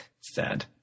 sad